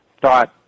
thought